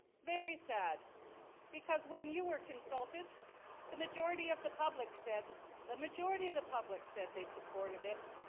very sad because when you were consulted the majority of the public said the majority of the public said they supported it.